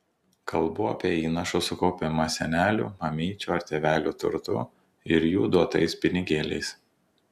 kalbu apie įnašo sukaupimą senelių mamyčių ar tėvelių turtu ir jų duotais pinigėliais